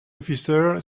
officer